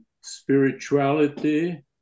spirituality